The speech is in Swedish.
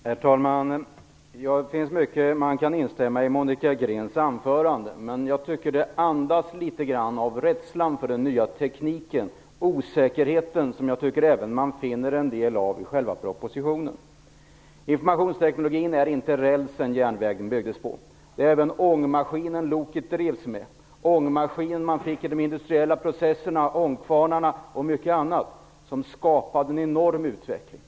Herr talman! I Monica Greens anförande finns det mycket man kan instämma i. Men jag tycker att det andas litet grand av rädsla för den nya tekniken. Jag tycker även att man finner en del av den osäkerheten i själva propositionen. Informationstekniken är inte bara rälsen järnvägen byggdes av. Den är även ångmaskinen loket drevs med, ångmaskinen man använde i de industriella processerna, ångkvarnarna och mycket annat som skapade en enorm utveckling.